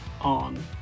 on